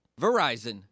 Verizon